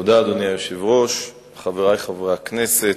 אדוני היושב-ראש, תודה, חברי חברי הכנסת,